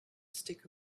stick